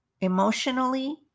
Emotionally